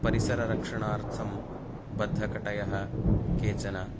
परिसररक्षणार्थं बद्धकटयः केचन